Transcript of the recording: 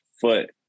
foot